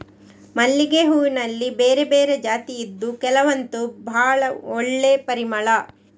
ಮಲ್ಲಿಗೆ ಹೂನಲ್ಲಿ ಬೇರೆ ಬೇರೆ ಜಾತಿ ಇದ್ದು ಕೆಲವಂತೂ ಭಾಳ ಒಳ್ಳೆ ಪರಿಮಳ